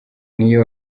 n’iyo